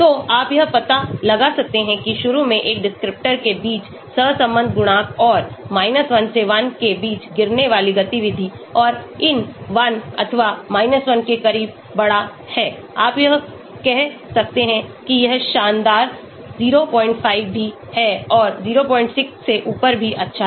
तो आप यह पता लगा सकते हैं कि शुरू में एक डिस्क्रिप्टर के बीच सहसंबंध गुणांक और 1 से 1 के बीच गिरने वाली गतिविधि और इन 1 अथवा 1 के करीब बड़ा है आप यह कह सकते हैं कि यह शानदार 05 भी है और 06 से ऊपर भी अच्छा है